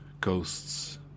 ghosts